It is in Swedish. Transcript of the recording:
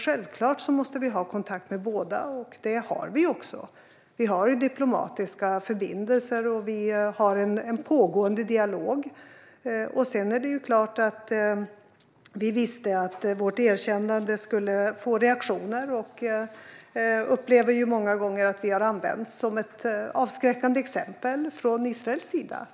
Självklart måste vi ha kontakt med båda, och det har vi också. Vi har diplomatiska förbindelser, och vi har en pågående dialog. Det är klart att vi visste att vårt erkännande skulle få reaktioner, och vi upplever många gånger att vi har använts som ett avskräckande exempel från Israels sida.